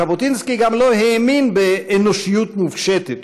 ז'בוטינסקי גם לא האמין באנושיות מופשטת,